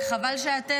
בבקשה.